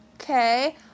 Okay